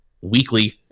weekly